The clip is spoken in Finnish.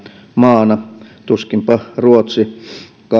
maana tuskinpa ruotsikaan